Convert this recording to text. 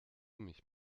mich